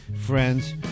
friends